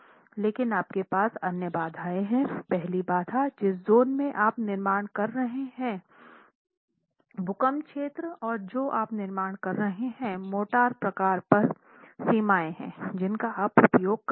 लेकिन फिर आपके पास अन्य बाधाएं हैं पहली बाधा जिस जोन में आप निर्माण कर रहे हैं भूकंप क्षेत्र और जो आप निर्माण कर रहे हैं मोर्टार प्रकार पर सीमाएं हैं जिनका आप उपयोग करेंगे